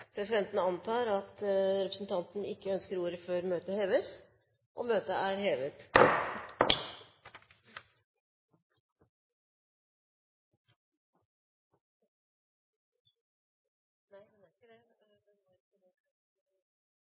Presidenten antar at representanten ikke ønsker ordet før møtet heves? – Dermed er møtet hevet.